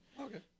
Okay